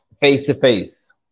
face-to-face